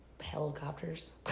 helicopters